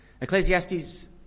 Ecclesiastes